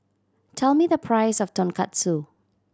tell me the price of Tonkatsu